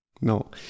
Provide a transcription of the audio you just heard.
No